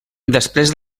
després